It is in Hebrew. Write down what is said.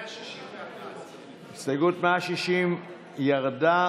159. לפיכך, מ-148 עד 157 הוסרו.